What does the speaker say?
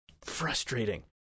frustrating